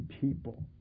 people